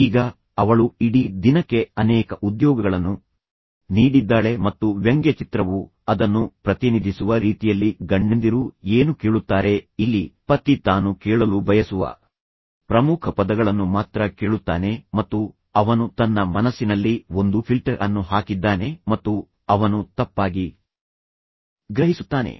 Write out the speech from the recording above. ಈಗ ಅವಳು ಇಡೀ ದಿನಕ್ಕೆ ಅನೇಕ ಉದ್ಯೋಗಗಳನ್ನು ನೀಡಿದ್ದಾಳೆ ಮತ್ತು ವ್ಯಂಗ್ಯಚಿತ್ರವು ಅದನ್ನು ಪ್ರತಿನಿಧಿಸುವ ರೀತಿಯಲ್ಲಿ ಗಂಡಂದಿರು ಏನು ಕೇಳುತ್ತಾರೆ ಇಲ್ಲಿ ಪತಿ ತಾನು ಕೇಳಲು ಬಯಸುವ ಪ್ರಮುಖ ಪದಗಳನ್ನು ಮಾತ್ರ ಕೇಳುತ್ತಾನೆ ಮತ್ತು ಅವನು ತನ್ನ ಮನಸ್ಸಿನಲ್ಲಿ ಒಂದು ಫಿಲ್ಟರ್ ಅನ್ನು ಹಾಕಿದ್ದಾನೆ ಮತ್ತು ಅವನು ತಪ್ಪಾಗಿ ಗ್ರಹಿಸುತ್ತಾನೆ